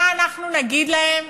מה אנחנו נגיד להם,